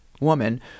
woman